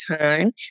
time